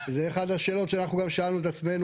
זו אחת השאלות שאנחנו גם שאלנו את עצמנו